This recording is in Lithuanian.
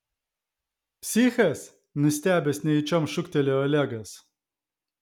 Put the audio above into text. psichas nustebęs nejučiom šūktelėjo olegas